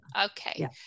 okay